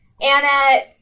Anna